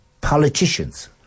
politicians